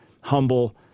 humble